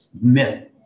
myth